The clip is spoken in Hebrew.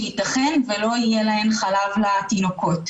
שייתכן ולא יהיה להן חלב לתינוקות.